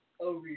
over